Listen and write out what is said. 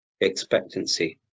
expectancy